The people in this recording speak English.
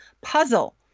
puzzle